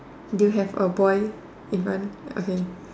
do you have a boy in front okay